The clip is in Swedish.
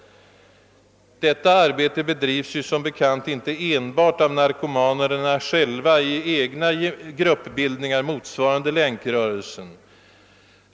Detta arbete bedrivs dock som bekant inte enbart av narkomanerna själva i egna Sgruppbildningar motsvarande Länkrörelsen.